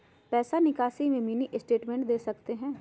पैसा निकासी में मिनी स्टेटमेंट दे सकते हैं?